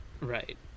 Right